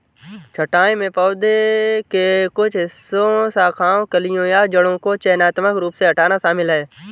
छंटाई में पौधे के कुछ हिस्सों शाखाओं कलियों या जड़ों को चयनात्मक रूप से हटाना शामिल है